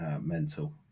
mental